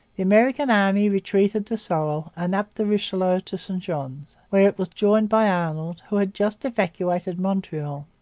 the american army retreated to sorel and up the richelieu to st johns, where it was joined by arnold, who had just evacuated montreal.